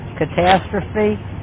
Catastrophe